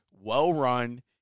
well-run